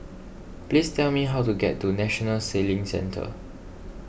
please tell me how to get to National Sailing Centre